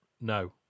No